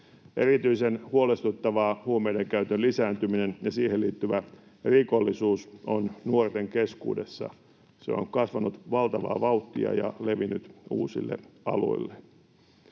Erityisen huolestuttavaa huumeiden käytön lisääntyminen ja siihen liittyvä rikollisuus on nuorten keskuudessa. Se on kasvanut valtavaa vauhtia ja levinnyt uusille alueille.